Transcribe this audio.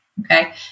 Okay